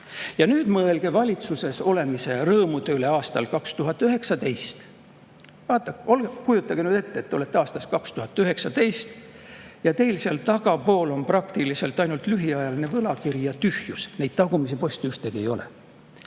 Ja nüüd mõelge valitsuses olemise rõõmude peale aastal 2019. Kujutage ette, et te olete aastas 2019 ja seal tagapool on praktiliselt ainult lühiajaline võlakiri ja tühjus, neid tagumisi poste ühtegi ei ole.